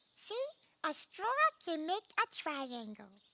see a straw can make a triangle.